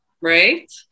Right